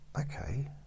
okay